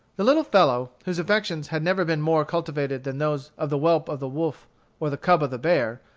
the little fellow, whose affections had never been more cultivated than those of the whelp of the wolf or the cub of the bear,